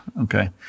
okay